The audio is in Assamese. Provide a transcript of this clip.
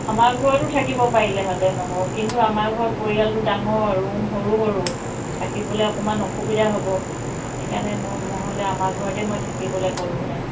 আমাৰ ঘৰতো থাকিব পাৰিলেহেঁতেন আকৌ কিন্তু আমাৰ ঘৰ পৰিয়ালটো ডাঙৰ ৰূম সৰু সৰু থাকিবলৈ অকমান অসুবিধা হ'ব সেইকাৰণে নহ'লে আমাৰ ঘৰতে মই থাকিবলৈ ক'লোহেঁতেন